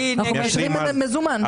אנחנו מאשרים להם מזומן.